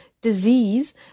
disease